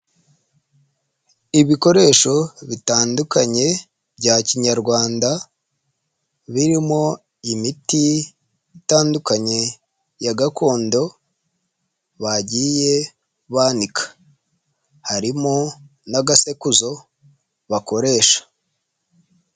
Ibikoresho bitandukanye bya kinyarwanda birimo imiti itandukanye ya gakondo bagiye banika. Harimo n'agasekuzo bakoresha.